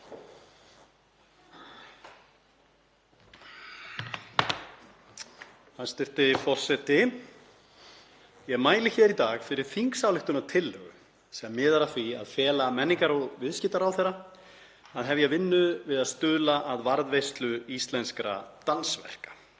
Hæstv. forseti. Ég mæli hér í dag fyrir þingsályktunartillögu sem miðar að því að fela menningar- og viðskiptaráðherra að hefja vinnu við að stuðla að varðveislu íslenskra dansverka.